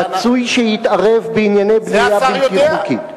רצוי שיתערב בענייני בנייה בלתי חוקית?